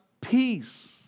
peace